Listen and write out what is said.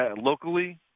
locally